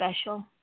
special